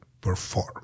perform